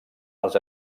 els